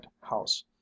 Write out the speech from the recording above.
house